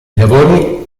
lavori